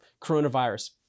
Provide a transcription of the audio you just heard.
coronavirus